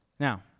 Now